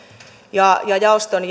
ja ja jaoston